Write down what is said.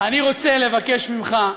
אני רוצה לבקש ממך,